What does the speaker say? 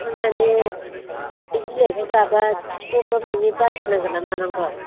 आमफ्राय मानि बे बिलाइखौ जाबा खिफ'ब्बा माने बासिनांगौ ना मानांगोन